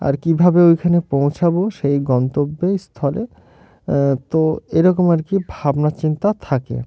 আর কীভাবে ওইখানে পৌঁছাবো সেই গন্তব্যে স্থলে তো এরকম আর কি ভাবনাচিন্তা থাকে